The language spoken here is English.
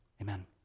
Amen